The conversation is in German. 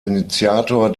initiator